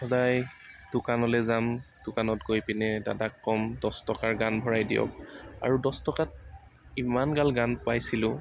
সদায় দোকানলৈ যাম দোকানত গৈ পিনে দাদাক কম দহ টকাৰ গান ভৰাই দিয়ক আৰু দহ টকাত ইমানগাল গান পাইছিলোঁ